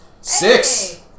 Six